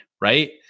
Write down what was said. right